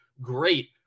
great